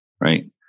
Right